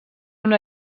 una